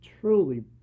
Truly